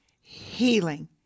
healing